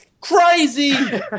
crazy